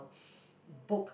book